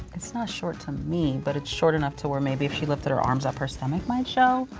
it's not short to me but it's short enough to where maybe if she lifted her arms up her stomach might show.